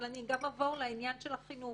אבל אני גם עבור לעניין של החינוך.